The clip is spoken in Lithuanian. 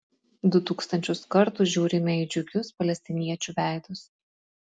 du tūkstančius kartų žiūrime į džiugius palestiniečių veidus